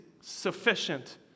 sufficient